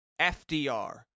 FDR